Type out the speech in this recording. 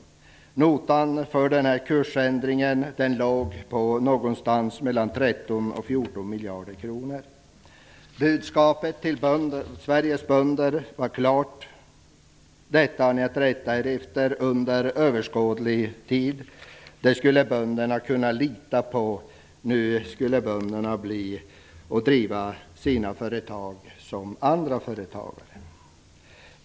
Notan för denna kursändring låg på mellan 13 och 14 miljarder kronor. Budskapet till Sveriges bönder var klart: Detta har ni att rätta er efter under överskådlig tid. Det skulle bönderna kunna lita på. Nu skulle bönderna driva sina företag som andra företagare.